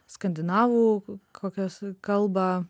skandinavų kokios kalbą